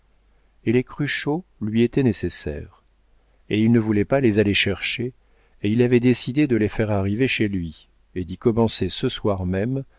et les cruchot lui étaient nécessaires et il ne voulait pas les aller chercher et il avait décidé de les faire arriver chez lui et d'y commencer ce soir même